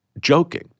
joking